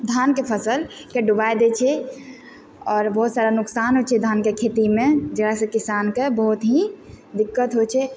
धानके फसलके डुबाए दै छै आओर बहुत सारा नुकसान होइ छै धानके खेतीमे जकरा से किसानके बहुत ही दिक्कत होइ छै